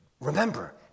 Remember